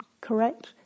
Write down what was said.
correct